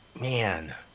man